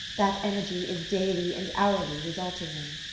that energy is daily and hourly resulting in.